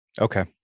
okay